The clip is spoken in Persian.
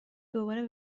دوباره